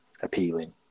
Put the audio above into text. appealing